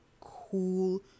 cool